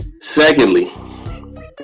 Secondly